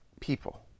people